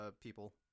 people